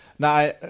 Now